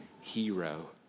hero